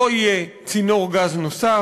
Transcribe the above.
לא יהיה צינור גז נוסף,